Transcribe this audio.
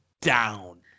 down